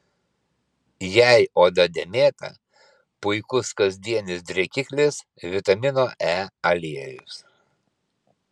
jei oda dėmėta puikus kasdienis drėkiklis vitamino e aliejus